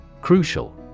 Crucial